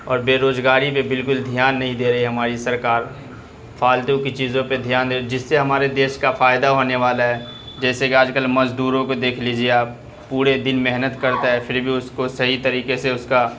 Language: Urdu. اور بیروزگاری پہ بالکل دھیان نہیں دے رہی ہے ہماری سرکار فالتو کی چیزوں پہ دھیان دے رہی جس سے ہمارے دیش کا فائدہ ہونے والا ہے جسے کہ آج کل مزدوروں کو دیکھ لیجیے آپ پورے دن محنت کرتا ہے پھر بھی اس کو صحیح طریقے سے اس کا